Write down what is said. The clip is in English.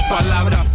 palabra